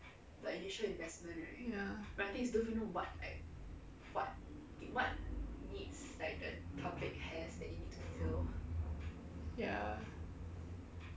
ya ya